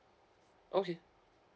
okay